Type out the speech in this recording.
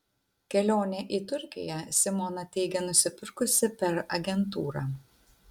kelionę į turkiją simona teigia nusipirkusi per agentūrą